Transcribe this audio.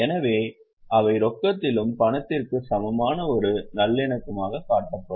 எனவே அவை ரொக்கத்திலும் பணத்திற்கும் சமமான ஒரு நல்லிணக்கமாகக் காட்டப்படும்